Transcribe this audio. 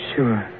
Sure